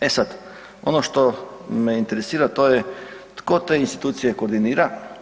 E sada ono što me interesira, to je tko te institucije koordinira?